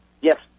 yes